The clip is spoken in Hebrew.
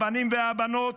הבנים והבנות,